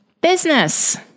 business